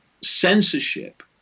censorship